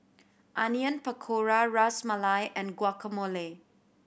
Onion Pakora Ras Malai and Guacamole